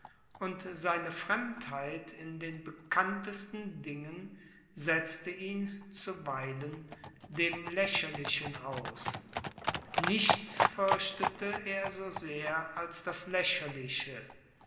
und seine fremdheit in den bekanntesten dingen setzte ihn zuweilen dem lächerlichen aus nichts fürchtete er so sehr als das lächerliche